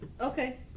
Okay